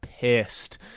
pissed